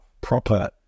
proper